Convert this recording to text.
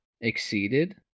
exceeded